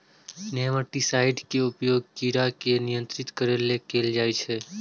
nematicides के उपयोग कीड़ा के नियंत्रित करै लेल कैल जाइ छै